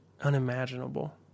unimaginable